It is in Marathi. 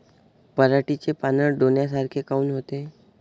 पराटीचे पानं डोन्यासारखे काऊन होते?